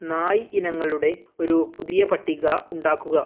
നായ് ഇനങ്ങളുടെ ഒരു പുതിയ പട്ടിക ഉണ്ടാക്കുക